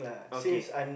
okay